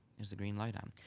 is the green light on?